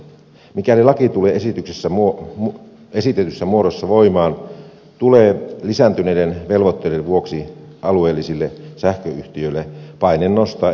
mikäli laki tulee esitetyssä muodossa voimaan tulee lisääntyneiden velvoitteiden vuoksi alueellisille sähköyhtiöille paine nostaa edelleen siirtohintoja